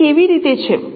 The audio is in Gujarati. તે કેવી રીતે છે